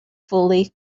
fully